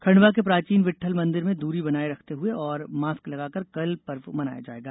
खंडवा के प्राचीन विटठल मंदिर में दूरी बनाये रखते हए और मॉस्क लगाकर कल पर्व मनाया जायेगा